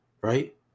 right